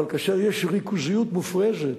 אבל כאשר יש ריכוזיות מופרזת,